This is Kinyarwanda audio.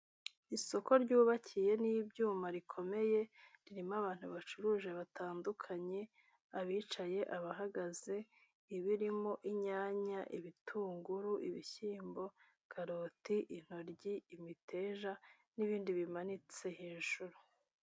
Isoko ryubakiye n'ibyuma rikomeye, ririmo abantu bacuruza batandukanye; abicaye, abahagaze, ibirimo inyanya, ibitunguru, ibishyimbo, karoti, intoryi, imiteja, n'ibindi bimanitse hejuru.